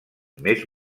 més